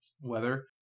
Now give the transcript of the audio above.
weather